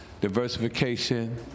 diversification